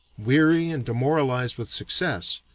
weary and demoralized with success,